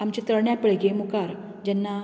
आमच्या तरण्या पिळगे मुखार जेन्ना